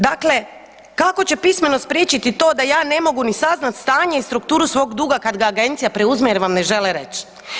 Dakle, kako će pismenosti spriječiti to da ja ne mogu ni saznat stanje i strukturu svog duga kad ga agencija preuzme jer vam ne žele reć?